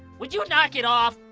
would you knock it off?